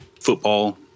football